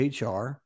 HR